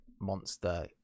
monster